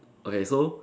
okay so